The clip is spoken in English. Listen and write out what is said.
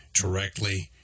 Directly